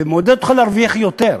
ומעודד אותך להרוויח יותר.